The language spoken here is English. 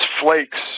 flakes